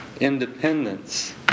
independence